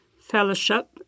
fellowship